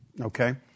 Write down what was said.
Okay